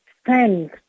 stand